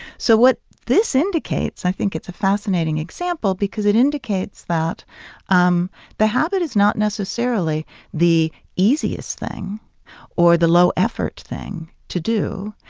so what this indicates i think it's a fascinating example because it indicates that um the habit is not necessarily the easiest thing or the low effort thing to do.